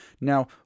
Now